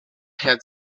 had